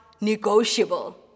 negotiable